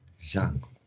Young